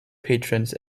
patrons